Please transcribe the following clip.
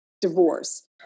divorce